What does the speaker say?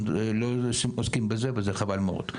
לא עוסקים בזה וזה חבל מאוד.